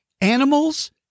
Animals